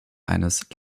eines